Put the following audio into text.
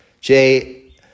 Jay